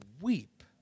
weep